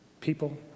people